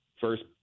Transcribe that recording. first